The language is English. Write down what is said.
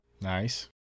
Nice